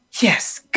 Yes